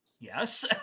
Yes